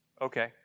Okay